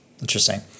interesting